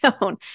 own